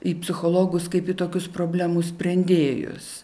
į psichologus kaip į tokius problemų sprendėjus